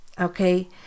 okay